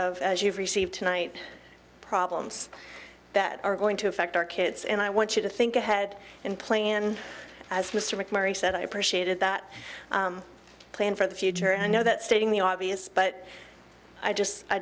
of you've received tonight problems that are going to affect our kids and i want you to think ahead and plan as mr macmurray said i appreciated that plan for the future i know that stating the obvious but i just i